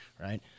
right